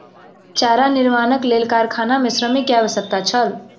चारा निर्माणक लेल कारखाना मे श्रमिक के आवश्यकता छल